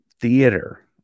theater